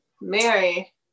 mary